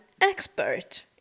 expert